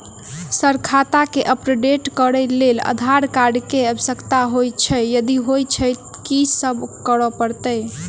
Sir खाता केँ update करऽ लेल आधार कार्ड केँ आवश्यकता होइ छैय यदि होइ छैथ की सब करैपरतैय?